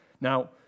Now